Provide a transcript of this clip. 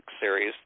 series